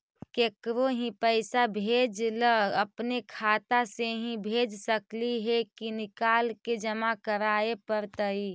केकरो ही पैसा भेजे ल अपने खाता से ही भेज सकली हे की निकाल के जमा कराए पड़तइ?